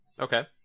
Okay